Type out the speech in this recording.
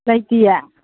ꯂꯩꯇꯤꯌꯦ